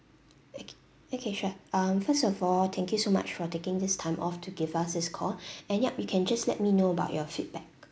oka~ okay sure um first of all thank you so much for taking this time off to give us this call and yup you can just let me know about your feedback